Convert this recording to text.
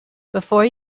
before